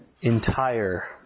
entire